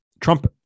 Trump